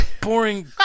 boring